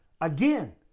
again